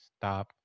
stop